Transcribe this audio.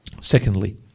Secondly